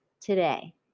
today